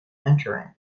entering